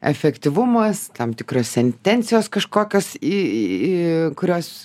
efektyvumas tam tikros sentencijos kažkokios į kurios